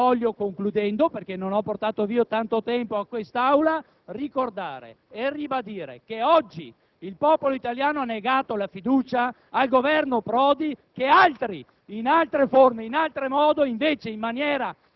risulta in quest'Aula che i parlamentari liberamente eletti dal popolo italiano hanno negato la fiducia al presidente Prodi e al suo Governo e che